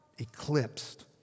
eclipsed